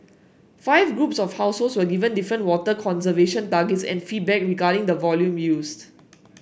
five groups of households were given different water conservation targets and feedback regarding the volume used